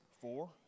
Four